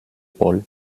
bol